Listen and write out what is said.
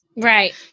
Right